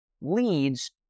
leads